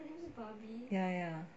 ya ya